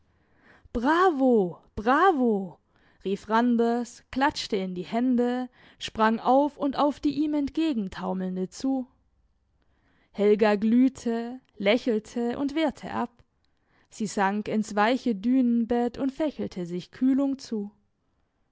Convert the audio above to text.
bravo bravo rief randers klatschte in die hände sprang auf und auf die ihm entgegen taumelnde zu helga glühte lächelte und wehrte ab sie sank ins weiche dünenbett und fächelte sich kühlung zu